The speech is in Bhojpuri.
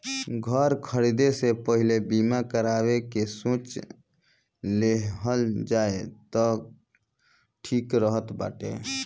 घर खरीदे से पहिले बीमा करावे के सोच लेहल जाए तअ ठीक रहत बाटे